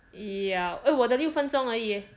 yeah eh 我的六分钟而已 eh